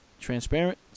transparent